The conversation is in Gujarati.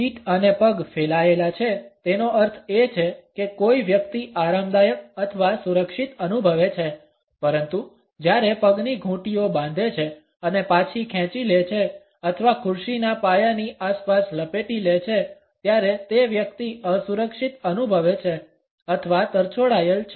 ફીટ અને પગ ફેલાયેલા છે તેનો અર્થ એ છે કે કોઈ વ્યક્તિ આરામદાયક અથવા સુરક્ષિત અનુભવે છે પરંતુ જ્યારે પગની ઘૂંટીઓ બાંધે છે અને પાછી ખેંચી લે છે અથવા ખુરશીના પાયાની આસપાસ લપેટી લે છે ત્યારે તે વ્યક્તિ અસુરક્ષિત અનુભવે છે અથવા તરછોડાયેલ છે